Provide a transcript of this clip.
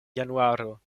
januaro